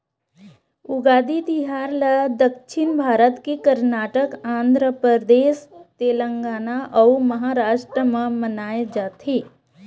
उगादी तिहार ल दक्छिन भारत के करनाटक, आंध्रपरदेस, तेलगाना अउ महारास्ट म मनाए जाथे